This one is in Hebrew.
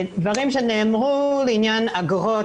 לעניין האגרות,